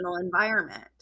environment